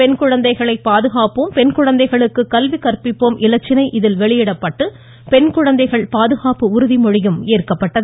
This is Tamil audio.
பெண் குழந்தைகளை பாதுகாப்போம் பெண் குழந்தைகளுக்கு கல்வி கற்பிப்போம் இலச்சினை இதில் வெளியிடப்பட்டு பெண் குழந்தைகள் பாதுகாப்பு உறுதிமொழி ஏற்கப்பட்டது